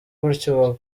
gutyo